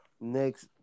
next